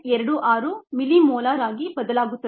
26 millimolar ಆಗಿ ಬದಲಾಗುತ್ತದೆ